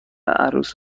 عروس